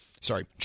Sorry